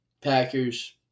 Packers